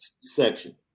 section